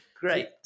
Great